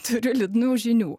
turiu liūdnų žinių